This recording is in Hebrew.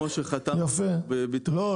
כמו שחתמנו --- לא,